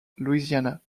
louisiana